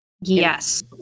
Yes